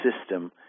system